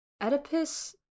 Oedipus